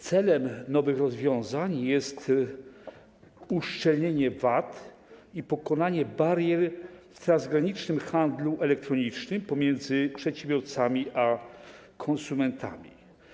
Celem nowych rozwiązań jest uszczelnienie VAT i pokonanie barier w transgranicznym handlu elektronicznym pomiędzy przedsiębiorcami a konsumentami.